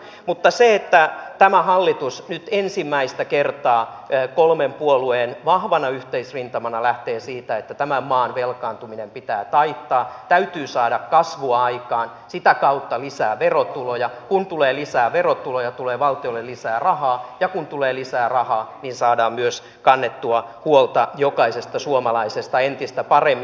mutta tämä hallitus nyt ensimmäistä kertaa kolmen puolueen vahvana yhteisrintamana lähtee siitä että tämän maan velkaantuminen pitää taittaa täytyy saada kasvua aikaan sitä kautta lisää verotuloja ja kun tulee lisää verotuloja tulee valtiolle lisää rahaa ja kun tulee lisää rahaa niin saadaan myös kannettua huolta jokaisesta suomalaisesta entistä paremmin